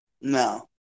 No